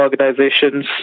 organizations